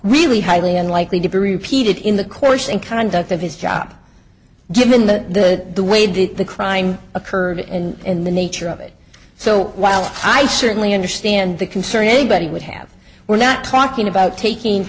really highly unlikely to be repeated in the course and conduct of his job given the way did the crime occurred and in the nature of it so while i certainly understand the concern anybody would have we're not talking about taking